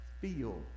feel